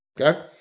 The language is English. okay